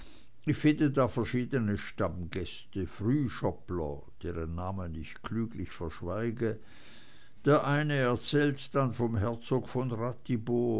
ich finde da verschiedene stammgäste frühschoppler deren namen ich klüglich verschweige der eine erzählt dann vom herzog von ratibor